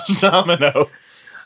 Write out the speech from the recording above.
dominoes